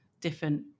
different